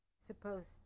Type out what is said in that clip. supposed